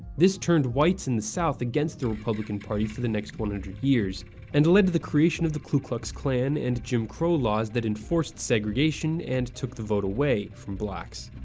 this turned whites in the south against the republican party for the next one hundred years and led to the creation of the klu klux klan and jim crow laws that enforced segregation and took the vote away from blacks.